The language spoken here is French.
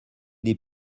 des